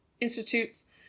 Institutes